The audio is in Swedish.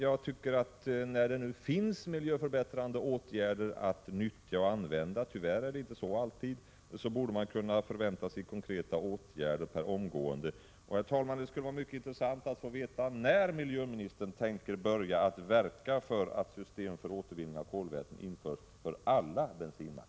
Jag tycker att när det nu finns metoder för att vidta miljöförbättrande åtgärder — tyvärr är det inte alltid så — borde man kunna förvänta sig konkreta åtgärder per omgående. Herr talman! Det skulle vara mycket intressant att få veta när miljöministern tänker börja att verka för att system för återvinning av kolväten införs vid alla bensinmackar.